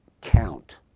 count